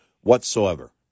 whatsoever